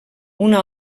una